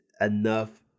enough